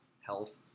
health